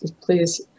please